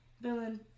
villain